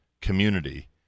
community